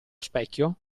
specchio